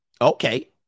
Okay